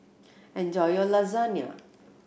enjoy your Lasagne